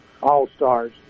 All-Stars